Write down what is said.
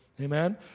Amen